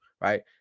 right